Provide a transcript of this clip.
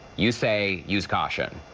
you say use caution.